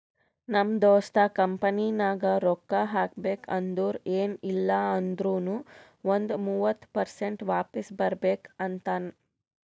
ನಮ್ ದೋಸ್ತ ಕಂಪನಿನಾಗ್ ರೊಕ್ಕಾ ಹಾಕಬೇಕ್ ಅಂದುರ್ ಎನ್ ಇಲ್ಲ ಅಂದೂರ್ನು ಒಂದ್ ಮೂವತ್ತ ಪರ್ಸೆಂಟ್ರೆ ವಾಪಿಸ್ ಬರ್ಬೇಕ ಅಂತಾನ್